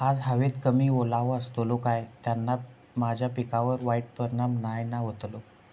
आज हवेत कमी ओलावो असतलो काय त्याना माझ्या पिकावर वाईट परिणाम नाय ना व्हतलो?